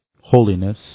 holiness